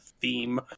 theme